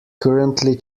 currently